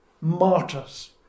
martyrs